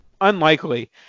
unlikely